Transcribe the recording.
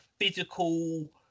physical